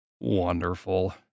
Wonderful